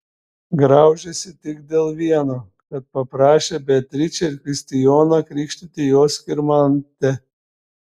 graužėsi tik dėl vieno kad paprašė beatričę ir kristijoną krikštyti jos skirmantę